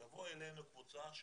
עברנו לאתיופיה,